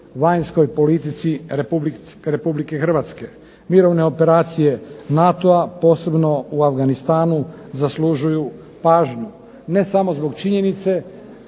vanjskoj politici Republike Hrvatske. Mirovne operacije NATO-a posebno u Afganistanu zaslužuju pažnju, ne samo zbog činjenice